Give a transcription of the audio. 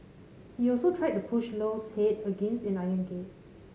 he also tried to push Low's head against an iron gate